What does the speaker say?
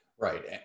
Right